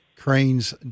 Cranes